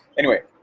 anyway,